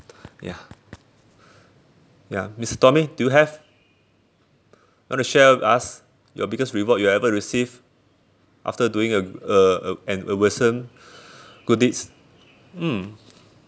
ya ya mister tommy do you have want to share with us your biggest reward you ever receive after doing a a an good deeds mm